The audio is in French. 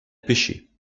pêchait